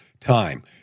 time